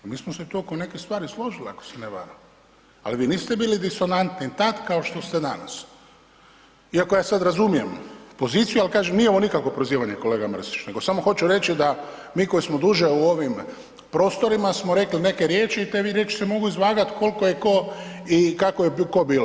Mi smo se tu oko nekih stvari složili ako se ne varam, ali vi niste bili disonantni tada kao što ste danas, iako ja sada razumijem poziciju, al kažem nije ovo nikakvo prozivanje kolega Mrsić nego samo hoću reći da mi koji smo duže u ovim prostorima smo rekli neke riječi i te riječi se mogu izvagati koliko je ko i kako je ko bilo.